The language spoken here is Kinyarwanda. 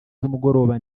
z’umugoroba